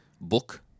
book